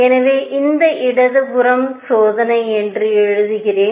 எனவே இந்த இடது புறம் சோதனை என்று எழுதுகிறேன்